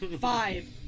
Five